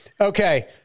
Okay